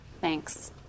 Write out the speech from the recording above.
Thanks